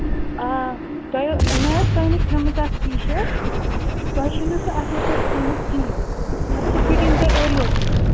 آ تۄہہِ مےٚ ٲس تۄہہِ نِش ترٛٲمٕژ اَکھ ٹی شٲرٹ تۄہہِ چھو نہٕ سُہ اَصٕل پٲٹھۍ سوٗمٕژ کِہیٖنۍ تَتھ چھِ فِٹِنٛگ تۄہہِ اورٕ یورٕ کٔرمٕژ